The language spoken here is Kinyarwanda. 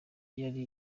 yari